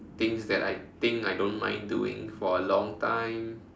things that I think I don't mind doing for a long time